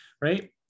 right